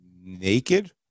naked